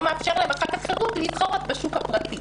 מאפשר להן אחר כך חירות להתחרות בשוק הפרטי.